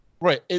Right